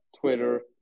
Twitter